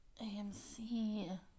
AMC